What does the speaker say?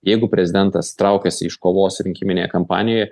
jeigu prezidentas traukiasi iš kovos rinkiminėje kampanijoje